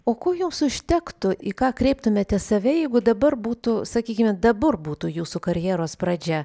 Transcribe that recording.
o kai jums užtektų į ką kreiptumėte save jeigu dabar būtų sakykime dabar būtų jūsų karjeros pradžia